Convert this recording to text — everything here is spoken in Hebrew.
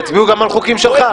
יצביעו גם על חוקים שלך.